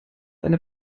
eine